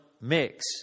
mix